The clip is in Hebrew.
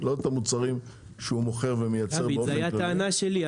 לא את המוצרים שהוא מוכר ומייצר באופן --- אבל זו הייתה הטענה שלי,